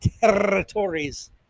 territories